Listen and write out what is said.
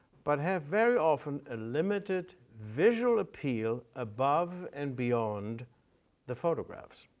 but have very often a limited visual appeal above and beyond the photographs.